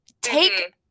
Take